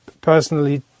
personally